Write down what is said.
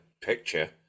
picture